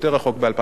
ב-2003,